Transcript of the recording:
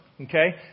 Okay